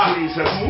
Jesus